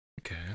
okay